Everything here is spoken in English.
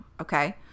okay